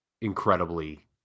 incredibly